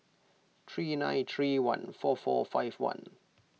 three nine three one four four five one